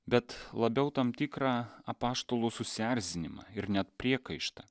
bet labiau tam tikrą apaštalų susierzinimą ir net priekaištą